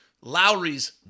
Lowry's